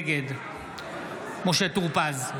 נגד משה טור פז,